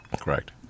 Correct